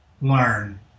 learn